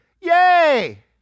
Yay